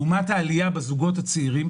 לעומת העלייה בזוגות הצעירים,